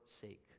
sake